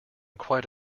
quite